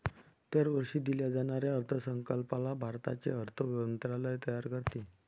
दरवर्षी दिल्या जाणाऱ्या अर्थसंकल्पाला भारताचे अर्थ मंत्रालय तयार करते